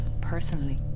personally